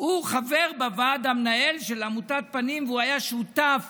הוא חבר בוועד המנהל של עמותת פנים והוא היה שותף